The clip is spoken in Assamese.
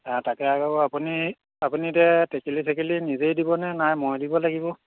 তাকে আকৌ আপুনি আপুনি এতিয়া টেকেলী চেকেলি নিজেই দিবনে নাই মই দিব লাগিব